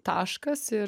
taškas ir